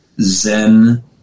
zen